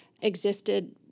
existed